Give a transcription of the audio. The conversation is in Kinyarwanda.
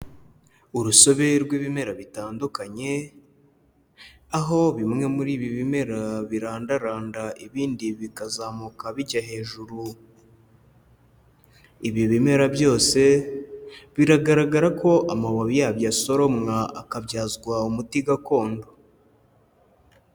Urusobe rw'ibimera bitandukanye, aho bimwe muri ibi bimera birandaranda ibindi bikazamuka bijya hejuru, ibi bimera byose biragaragara ko amababi yabyo asoromwa akabyazwa umuti gakondo.